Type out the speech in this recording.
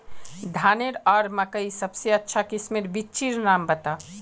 धानेर आर मकई सबसे अच्छा किस्मेर बिच्चिर नाम बता?